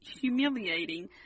humiliating